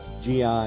GI